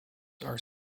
are